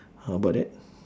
how about that